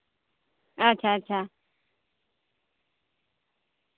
ᱟᱪᱷᱟ ᱟᱪᱪᱷᱟ